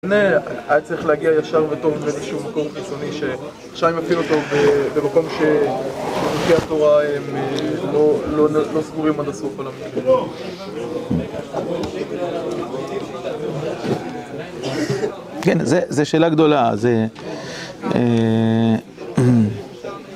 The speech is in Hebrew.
היה צריך להגיע ישר וטוב למישהו מקום קיצוני שעכשיו הם מפעילו אותו במקום שבוכי התורה הם לא סגורים עד הסוף על המקווים. כן, זה שאלה גדולה